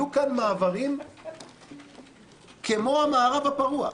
יהיו כאן מעברים כמו המערב הפרוע,